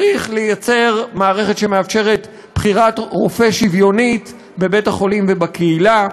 צריך לייצר מערכת שמאפשרת בחירת רופא שוויונית בבית-החולים ובקהילה,